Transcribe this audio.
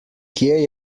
kje